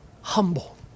humble